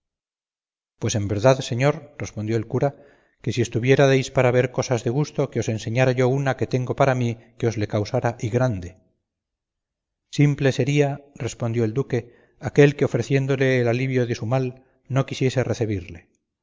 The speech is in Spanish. pues en verdad señor respondió el cura que si estuviérades para ver cosas de gusto que os enseñara yo una que tengo para mí que os le causara y grande simple sería respondió el duque aquél que ofreciéndole el alivio de su mal no quisiese recebirle